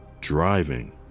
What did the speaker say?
driving